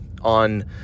on